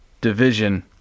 division